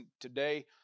today